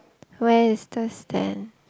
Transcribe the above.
where is the stand